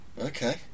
Okay